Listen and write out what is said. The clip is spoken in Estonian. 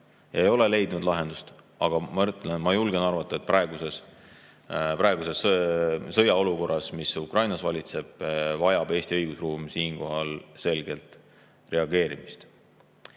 See ei ole leidnud lahendust. Aga ma julgen arvata, et praeguses sõjaolukorras, mis Ukrainas valitseb, vajab Eesti õigusruum siinkohal selget reageerimist.